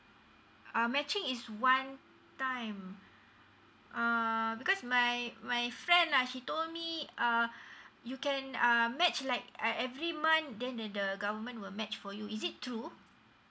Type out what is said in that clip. uh matching is one time um because my my friend uh she told me uh you can uh match like uh every month then the the government will match for you is it true